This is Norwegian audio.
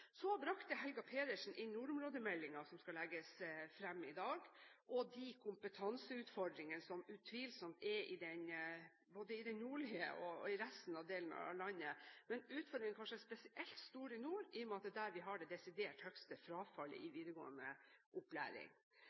Helga Pedersen brakte inn nordområdemeldingen som skal legges fram i dag, og de kompetanseutfordringene som utvilsomt er både i den nordlige delen og i resten av landet. Men utfordringen er kanskje spesielt stor i nord, i og med at det er der vi har det desidert største frafallet i videregående opplæring.